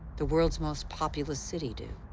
the world's most populous city, do?